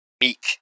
Meek